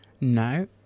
No